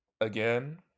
again